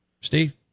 Steve